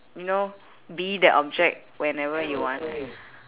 you know be that object whenever you want